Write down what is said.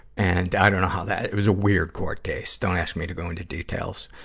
and i don't know how that it was a weird court case. don't ask me to go into details.